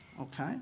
Okay